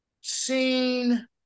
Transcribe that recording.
seen